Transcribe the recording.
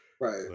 Right